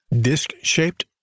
Disc-shaped